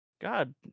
god